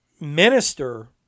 minister